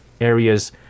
areas